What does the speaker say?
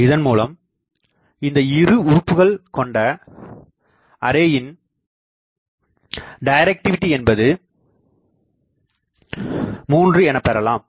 இதன் மூலம் இந்த இரு உறுப்புகள் கொண்டஅரேயின் டைரக்டிவிடி என்பது 3 என பெறலாம்